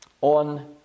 on